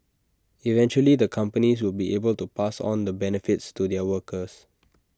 eventually the companies will be able to pass on the benefits to their workers